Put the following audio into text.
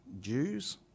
Jews